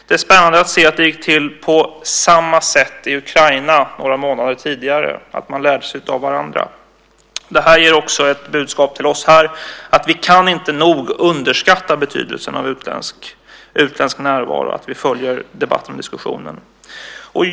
Det är spännande att se att det gick till på samma sätt i Ukraina några månader tidigare och att man lärde sig av varandra. Det här ger också ett budskap till oss här att vi inte nog kan underskatta betydelsen av utländsk närvaro och att vi följer debatten och diskussionen.